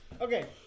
Okay